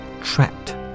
trapped